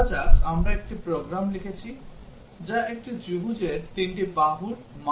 ধরা যাক আমরা একটি প্রোগ্রাম লিখেছি যা একটি ত্রিভুজের তিনটি বাহুর মান পড়ে